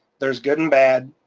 there's good and bad.